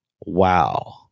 wow